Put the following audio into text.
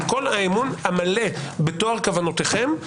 עם האמון המלא בטוהר כוונותיכם,